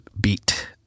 beat